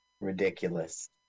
Ridiculous